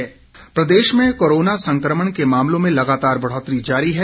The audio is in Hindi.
कोरोना प्रदेश में कोरोना संक्रमण के मामलों में लगातार बढ़ोत्तरी जारी है